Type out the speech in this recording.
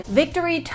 victory